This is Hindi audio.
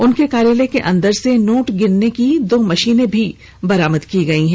उसके कार्यालय के अंदर से नोट गिनने वाली दो मशीन भी बरामद की गई है